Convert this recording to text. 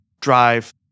Drive